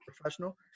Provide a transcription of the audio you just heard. professional